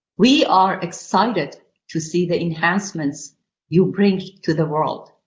we are excited to see the enhancements you bring to the world.